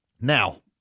Now